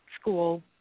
school